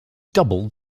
doubled